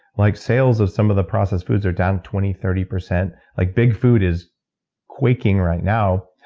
like sales of some of the processed foods are down twenty, thirty percent. like big food is quaking right now,